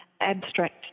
abstract